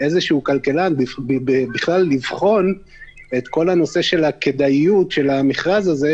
איזשהו כלכלן כדי לבחון את הנושא של הכדאיות של המכרז הזה,